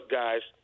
guys